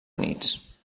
units